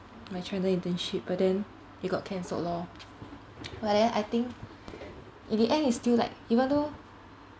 my china internship but then it got cancelled lor but then I think in the end it's still like even though